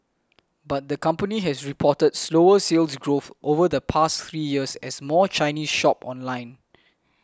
but the company has reported slower Sales Growth over the past three years as more Chinese shop online